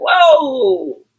Whoa